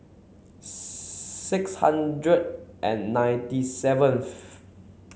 six hundred and ninety seventh